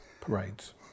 parades